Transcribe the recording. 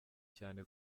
cyane